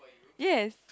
yes